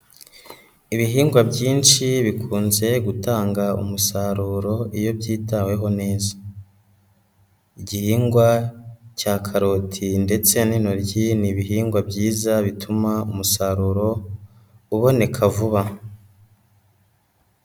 Ibihingwa byinshi bikunze gutanga umusaruro iyo byitaweho neza, igihingwa cya karoti ndetse n'intoryi ni ibihingwa byiza bituma umusaruro uboneka vuba.